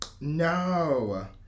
No